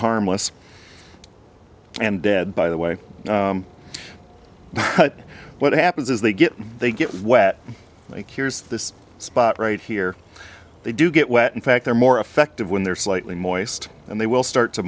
harmless and dead by the way but what happens is they get they get wet like here's this spot right here they do get wet in fact they're more effective when they're slightly moist and they will start to